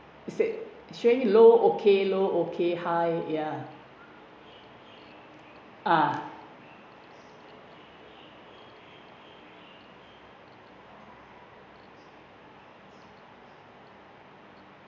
said strange low okay low okay ah